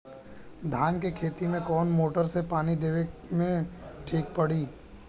धान के खेती मे कवन मोटर से पानी देवे मे ठीक पड़ी?